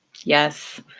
yes